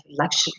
luxury